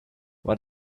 what